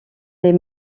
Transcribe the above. les